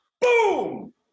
boom